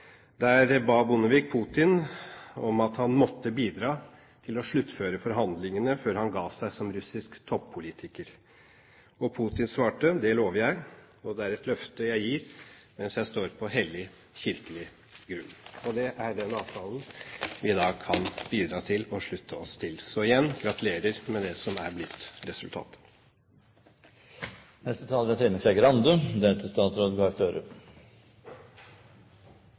Der ba Bondevik Putin om at han måtte bidra til å sluttføre forhandlingene før han ga seg som russisk toppolitiker. Og Putin svarte: Det lover jeg, og det er et løfte jeg gir mens jeg står på hellig, kirkelig grunn. Det er den avtalen vi i dag kan slutte oss til. Så igjen: Gratulerer med det som er blitt resultatet. Som gammel historielærer vil jeg også gjerne si at denne dagen er